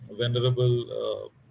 venerable